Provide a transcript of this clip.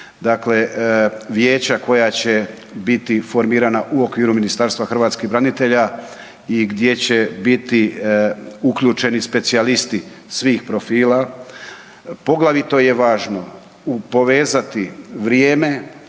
Dakle, vijeća koja će biti formirana u okviru Ministarstva hrvatskih branitelja i gdje će biti uključeni specijalisti svih profila, poglavito je važno povezati vrijeme,